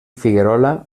figuerola